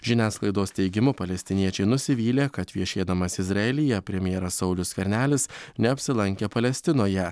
žiniasklaidos teigimu palestiniečiai nusivylė kad viešėdamas izraelyje premjeras saulius skvernelis neapsilankė palestinoje